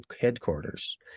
headquarters